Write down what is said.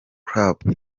club